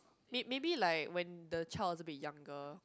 it maybe like when the child is a bit younger